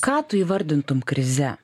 ką tu įvardintum krize